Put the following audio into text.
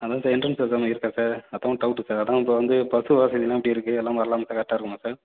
அதான் sir entrance எக்ஸாம்லாம் இருக்கா சார் அதான் டவுட்டு சார் அதான் இப்போ வந்து பஸ் வசதி எல்லாம் எப்படி இருக்கு எல்லாம் வர்லாமா கரெட்டாக இருக்குமா சார்